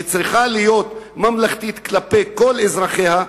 שצריכה להיות ממלכתית כלפי כל אזרחיה.